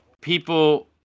people